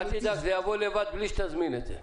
אל תדאג, זה יבוא לבד בלי שתזמין את זה.